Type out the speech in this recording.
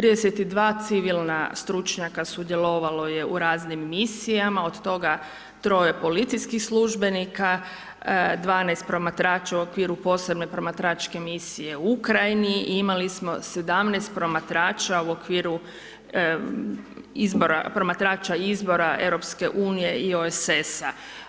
32 civilna stručnjaka sudjelovalo je u raznim misijama, od toga 3 policijskih službenika, 12 promatrača u okviru posebne promatračke misije u Ukrajini i imali smo 17 promatrača u okviru, promatrača izbora EU, i OSS-a.